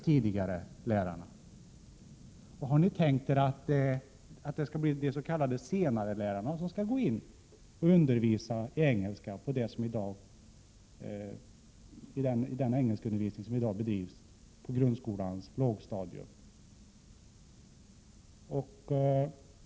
Har ni tänkt er att det uteslutande skall vara senarelärare som skall undervisa i engelska på grundskolans lågstadium?